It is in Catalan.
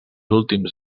últims